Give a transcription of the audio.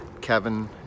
Kevin